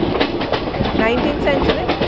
nineteenth century?